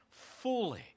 fully